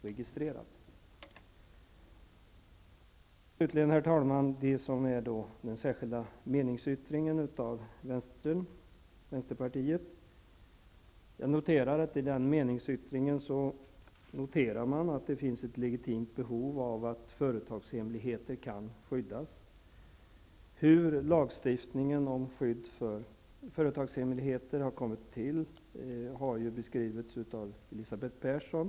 Herr talman! Slutligen till den särskilda meningsyttringen från vänsterpartiet. Det noteras att det finns ett legitimt behov av att företagshemligheter kan skyddas. Hur lagstiftningen om skydd för företagshemligheter har tillkommit har beskrivits av Elisabeth Persson.